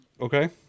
okay